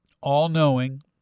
all-knowing